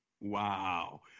Wow